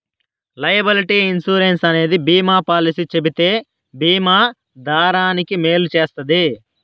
liability insurance అనేది బీమా policy చెబితే బీమా దారానికి మేలు చేస్తది